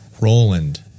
Roland